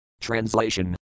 Translation